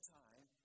time